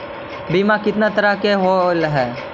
बीमा कितना तरह के होव हइ?